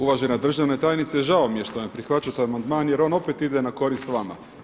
Uvažena državna tajnice, žao mi je što ne prihvaćate amandman jer on opet ide na korist vama.